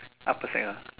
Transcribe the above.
upper sec lah